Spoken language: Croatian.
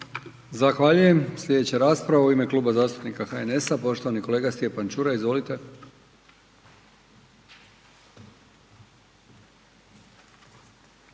Zahvaljujem. Slijedeća rasprava u ime Kluba zastupnika HNS-a poštovani kolega Stjepan Čuraj, izvolite.